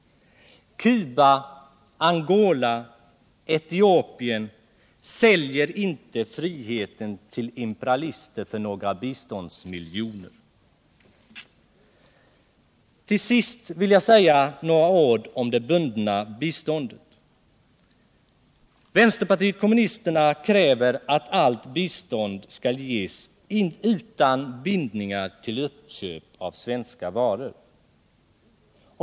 Cuba, Angola och Etiopien säljer inte friheten till imperialister för några biståndsmiljoner. Till sist vill jag säga några ord om det bundna biståndet. Vpk kräver att allt bistånd skall ges utan bindningar till uppköp av svenska varor.